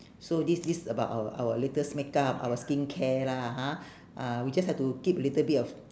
so this this about our our latest makeup our skincare lah ha ah we just have to keep a little bit of